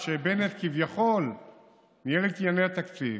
כשבנט כביכול ניהל את ענייני התקציב,